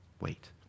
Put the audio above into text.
Wait